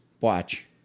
Watch